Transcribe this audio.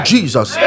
Jesus